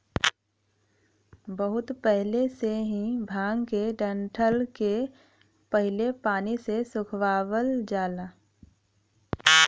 बहुत पहिले से ही भांग के डंठल के पहले पानी से सुखवावल जाला